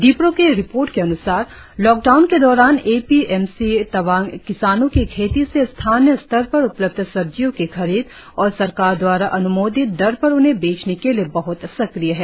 डिपरो के रिपोर्ट के अनुसार लॉकडाउन के दौरान A P M C Tawang किसानों की खेती से स्थानीय स्तर पर उपलब्ध सब्जियों की खरीद और सरकार द्वारा अन्मोदित दर पर उन्हें बेचने के लिए बह्त सक्रिय है